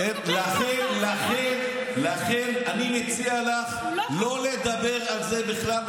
לכן אני מציע לך לא לדבר על זה בכלל,